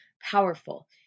powerful